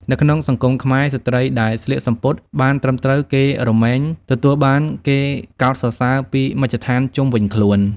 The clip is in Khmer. នៅក្នុងសង្គមខ្មែរ ស្ត្រីដែលស្លៀកសំពត់បានត្រឹមត្រូវគេរមែងទទួលបានគេកោតសរសើរពីមជ្ឈដ្ធានជុំវិញខ្លួន។